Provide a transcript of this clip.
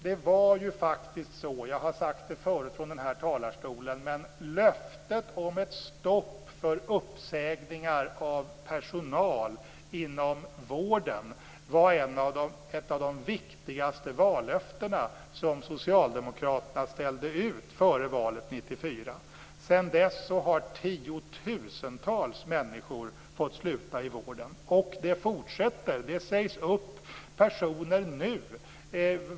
Det var ju faktiskt så, jag har sagt det förut från den här talarstolen, att löftet om ett stopp för uppsägningar av personal inom vården var ett av de viktigaste vallöftena som socialdemokraterna ställde ut före valet 1994. Sedan dess har tiotusentals människor fått sluta i vården, och det fortsätter. Det sägs upp personer nu.